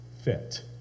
fit